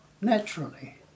naturally